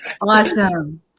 Awesome